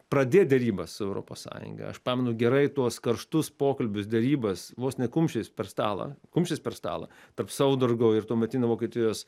pradėt derybas su europos sąjunga aš pamenu gerai tuos karštus pokalbius derybas vos ne kumščiais per stalą kumščiais per stalą tarp saudargo ir tuometinio vokietijos